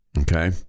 okay